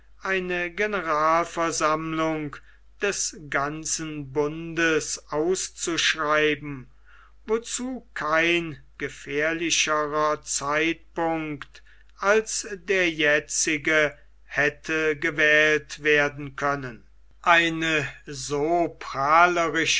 eine generalversammlung des ganzen bundes auszuschreiben wozu kein gefährlicherer zeitpunkt als der jetzige hätte gewählt werden können eine so